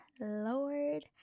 Lord